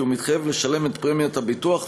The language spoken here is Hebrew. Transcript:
כי הוא מתחייב לשלם את פרמיית הביטוח,